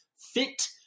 fit